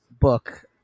book